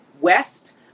West